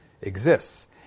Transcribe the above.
exists